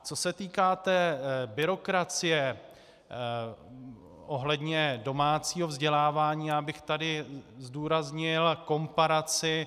Co se týká byrokracie ohledně domácího vzdělávání, já bych tady zdůraznil komparaci.